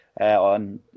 On